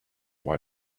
why